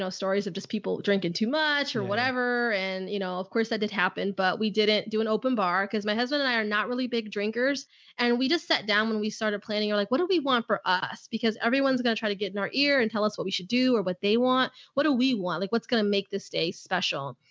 of just people drinking too much or whatever. and you know, of course that did happen, but we didn't do an open bar. cause my husband and i are not really big drinkers and we just sat down when we started planning or like, what do we want for us? because everyone's going to try to get in our ear and tell us what we should do or what they want. what do we want? like what's gonna make this day special?